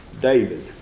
David